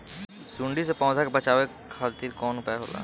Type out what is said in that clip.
सुंडी से पौधा के बचावल खातिर कौन उपाय होला?